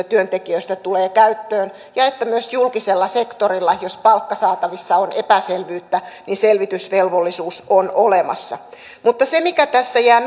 työntekijöistä tulee käyttöön ja että myös julkisella sektorilla jos palkkasaatavissa on epäselvyyttä selvitysvelvollisuus on olemassa mutta se mikä tässä jää